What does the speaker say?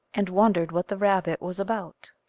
and wondered what the rabbit was about.